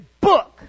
book